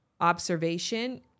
observation